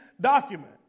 document